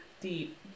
deep